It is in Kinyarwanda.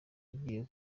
agiye